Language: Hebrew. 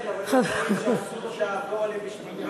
כן, אבל יש דברים שאסור לעבור עליהם בשתיקה.